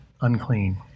unclean